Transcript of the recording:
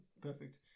perfect